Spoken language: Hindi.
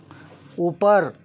ऊपर